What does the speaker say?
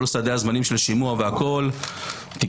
כל סדי הזמנים של שימוע והכול - תיקים